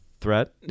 threat